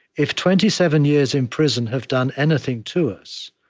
if twenty seven years in prison have done anything to us,